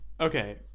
Okay